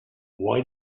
why